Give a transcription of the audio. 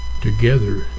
Together